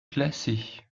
classée